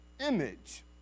image